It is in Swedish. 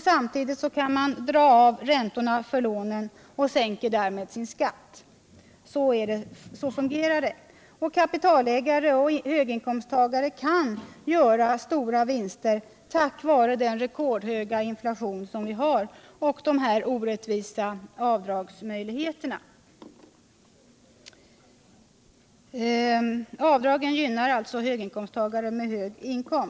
Samtidigt kan man dra av räntorna för lånen och därmed sänka sin skatt. Kapitalägare och höginkomsttagare kan göra stora vinster tack vare den rekordhöga inflationen och de orättvisa avdragsmöjligheterna. Avdragen gynnar alltså höginkomsttagare.